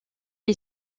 est